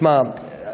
שמע,